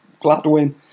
Gladwin